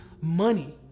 money